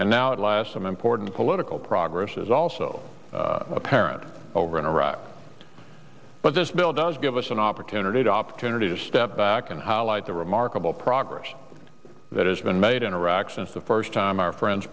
and now at last some important political progress is also apparent over in iraq but this bill does give us an opportunity to opportunity to step back and highlight the remarkable progress that has been made in iraq since the first time our friends